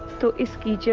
to escape